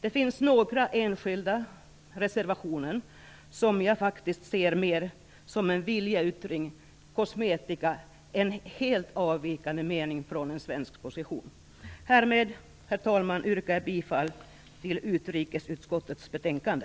Det finns några enskilda reservationer, som jag ser mer som en viljeyttring, som kosmetika, än som en helt avvikande mening från en svensk position. Härmed, herr talman, yrkar jag bifall till utskottets hemställan i utrikesutskottets betänkande.